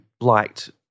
liked